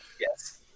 yes